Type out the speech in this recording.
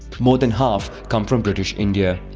more than half come from british india.